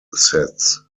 sets